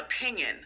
opinion